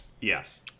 Yes